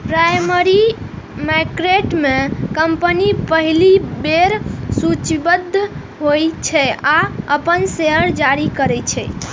primary market में company पहिल बेर सूचीबद्ध होइ छै आ अपन शेयर जारी करै छै